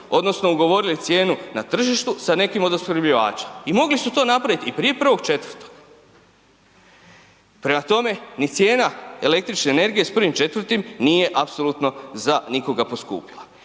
odnosno ugovorili cijenu na tržištu sa nekim od opskrbljivača i mogli su to napravit i prije 1.4. Prema tome, ni cijena električne energije s 1.4. nije apsolutno za nikoga poskupila.